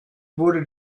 wurde